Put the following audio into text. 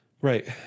Right